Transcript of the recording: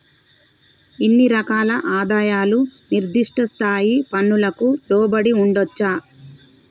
ఇన్ని రకాల ఆదాయాలు నిర్దిష్ట స్థాయి పన్నులకు లోబడి ఉండొచ్చా